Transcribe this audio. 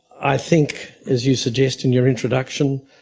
i think, as you suggest in your introduction,